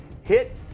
hit